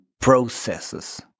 processes